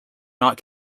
not